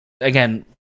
again